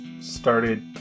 started